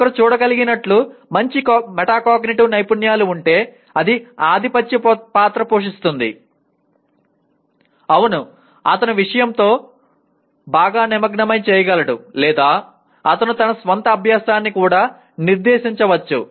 ఒకరు చూడగలిగినట్లుగా మంచి మెటాకాగ్నిటివ్ నైపుణ్యాలు ఉంటే అది ఆధిపత్య పాత్ర పోషిస్తుంది అవును అతను విషయంతో బాగా నిమగ్నం చేయగలడు లేదా అతను తన స్వంత అభ్యాసాన్ని కూడా నిర్దేశించవచ్చు